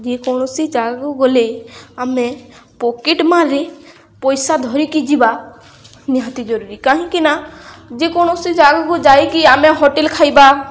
ଯେକୌଣସି ଜାଗାକୁ ଗଲେ ଆମେ ପକେଟ୍ ମାର୍ରେ ପଇସା ଧରିକି ଯିବା ନିହାତି ଜରୁରୀ କାହିଁକି ନା ଯେକୌଣସି ଜାଗାକୁ ଯାଇକି ଆମେ ହୋଟେଲ୍ ଖାଇବା